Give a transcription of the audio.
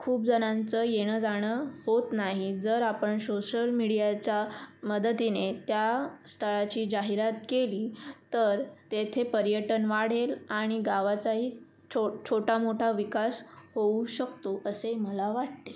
खूप जणांचं येणं जाणं होत नाही जर आपण सोशल मीडियाच्या मदतीने त्या स्थळाची जाहिरात केली तर तेथे पर्यटन वाढेल आणि गावाचाही छो छोटा मोठा विकास होऊ शकतो असे मला वाटते